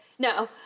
No